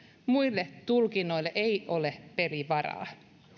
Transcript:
muille tulkinnoille ei ole pelivaraa